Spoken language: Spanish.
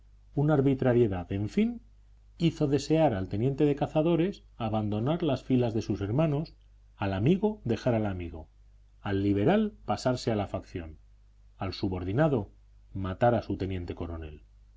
una arbitrariedad en fin hizo desear al teniente de cazadores abandonar las filas de sus hermanos al amigo dejar al amigo al liberal pasarse a la facción al subordinado matar a su teniente coronel